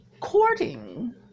courting